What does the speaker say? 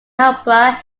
opera